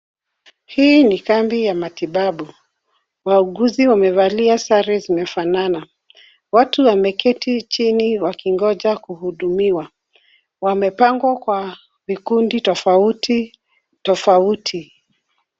Hii ni kambi ya matibabu. Wauguzi wamevalia sare zimefanana. Watu wameketi chini wakingoja kuhudumiwa. Wamepangwa kwa vikundi tofauti tofauti.